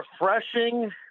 refreshing